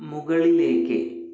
മുകളിലേക്ക്